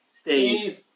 Steve